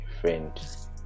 friends